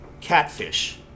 catfish